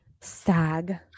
sag